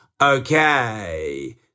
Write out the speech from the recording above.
Okay